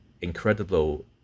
incredible